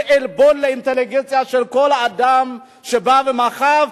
זה עלבון לאינטליגנציה של כל אדם שבא ומחה.